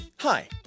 Hi